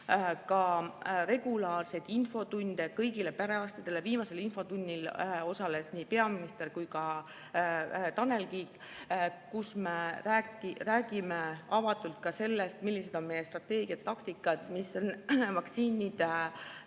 regulaarseid infotunde kõigile perearstidele. Viimasel infotunnil osalesid nii peaminister kui ka Tanel Kiik. Me räägime avatult ka sellest, millised on meie strateegiad ja taktikad, mis on vaktsiinide